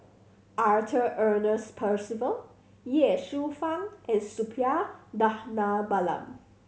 Arthur Ernest Percival Ye Shufang and Suppiah Dhanabalan